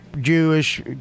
Jewish